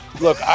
Look